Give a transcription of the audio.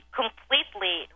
completely